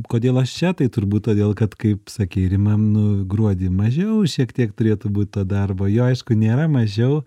kodėl aš čia tai turbūt todėl kad kaip sakei rima nu gruodį mažiau šiek tiek turėtų būt ta darbo jo aišku nėra mažiau